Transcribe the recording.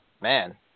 man